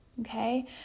Okay